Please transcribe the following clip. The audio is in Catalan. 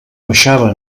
baixava